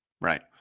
right